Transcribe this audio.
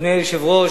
אדוני היושב-ראש,